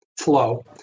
flow